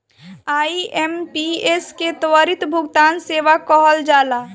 IMPS के त्वरित भुगतान सेवा कहल जाला